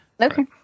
Okay